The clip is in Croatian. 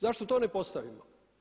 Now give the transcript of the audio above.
Zašto to ne postavimo?